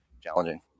challenging